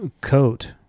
coat